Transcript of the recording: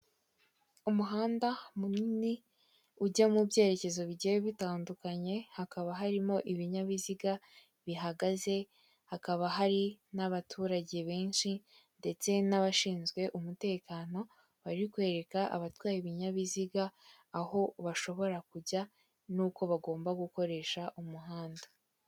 Umuhanda munini ujya mu byerekezo bigiye bitandukanye hakaba harimo ibinyabiziga bihagaze hakaba hari n'abaturage benshi ndetse n'abashinzwe umutekano bari kwereka abatwaye ibinyabiziga aho bashobora kujya n'uko bagomba gukoresha umuhanda.